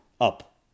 up